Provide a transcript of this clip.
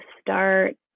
start